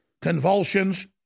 convulsions